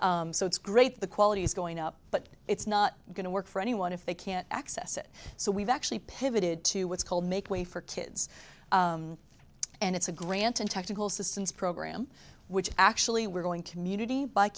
care so it's great the quality is going up but it's not going to work for anyone if they can't access it so we've actually pivoted to what's called make way for kids and it's a grant and technical systems program which actually we're going to community by